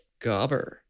Gobber